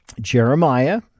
Jeremiah